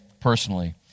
personally